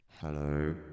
Hello